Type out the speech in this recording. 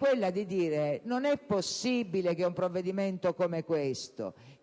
cioè che non è possibile che un provvedimento come questo,